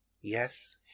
Yes